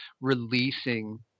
releasing